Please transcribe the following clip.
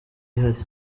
ihari